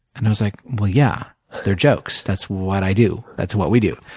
and i was like, well, yeah. they're jokes. that's what i do. that's what we do.